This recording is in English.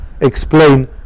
explain